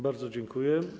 Bardzo dziękuję.